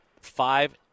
Five